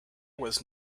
was